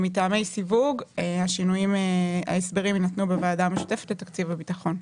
מטעמי סיווג ההסברים יינתנו בוועדה המשותפת לתקציב הביטחון.